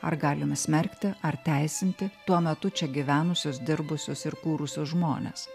ar galime smerkti ar teisinti tuo metu čia gyvenusius dirbusius ir kūrusius žmones